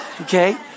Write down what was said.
Okay